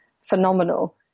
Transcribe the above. phenomenal